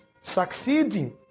succeeding